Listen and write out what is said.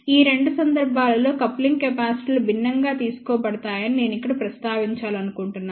ఈ రెండు సందర్భాల్లో కప్లింగ్ కెపాసిటర్లు భిన్నంగా తీసుకోబడతాయని నేను ఇక్కడ ప్రస్తావించాలనుకుంటున్నాను